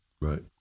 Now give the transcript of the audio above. Right